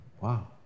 wow